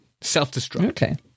self-destruct